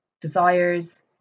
desires